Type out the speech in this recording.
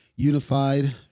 Unified